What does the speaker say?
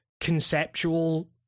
conceptual